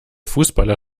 fußballer